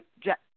Jack